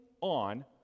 on